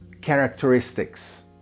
characteristics